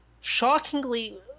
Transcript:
shockingly